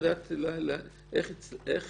איך